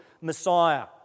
Messiah